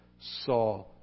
saw